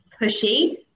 pushy